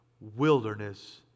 wilderness